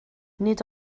nid